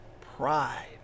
pride